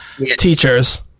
teachers